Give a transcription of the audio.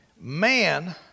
Man